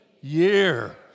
year